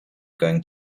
going